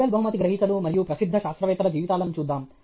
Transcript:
Nobel బహుమతి గ్రహీతలు మరియు ప్రసిద్ధ శాస్త్రవేత్తల జీవితాలను చూద్దాం